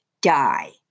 die